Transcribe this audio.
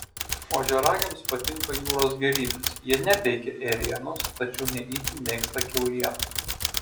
ožiaragiams patinka jūros gėrybės jie nepeikia ėrienos tačiau ne itin mėgsta kiaulieną